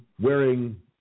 wearing